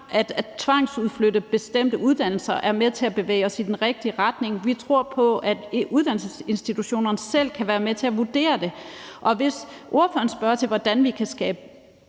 at tvangsudflytte bestemte uddannelser er med til at bevæge os i den rigtige retning. Vi tror på, at uddannelsesinstitutionerne selv kan være med til at vurdere det. Hvis ordføreren spørger til, hvordan vi kan